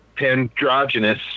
androgynous